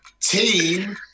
Team